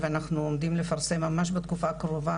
ואנחנו עומדים לפרסם ממש בתקופה הקרובה,